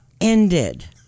ended